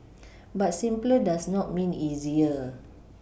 but simpler does not mean easier